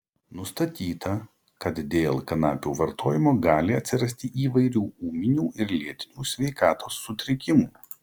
nustatyta kad dėl kanapių vartojimo gali atsirasti įvairių ūminių ir lėtinių sveikatos sutrikimų